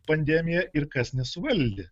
pandemiją ir kas nesuvaldė